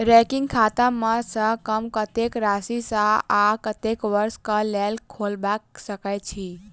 recurring खाता कम सँ कम कत्तेक राशि सऽ आ कत्तेक वर्ष कऽ लेल खोलबा सकय छी